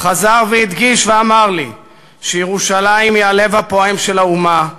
חזר והדגיש ואמר לי שירושלים היא הלב הפועם של האומה,